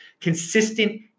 consistent